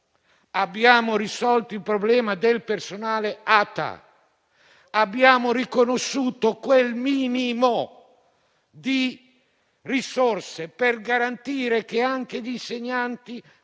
abbiamo risolto il problema del personale ATA e riconosciuto un minimo di risorse per garantire che anche gli insegnanti fossero